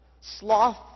Sloth